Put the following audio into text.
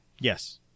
Yes